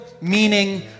meaning